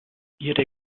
ihre